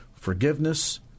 forgiveness